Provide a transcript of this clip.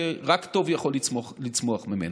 ורק טוב יכול לצמוח ממנו.